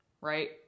right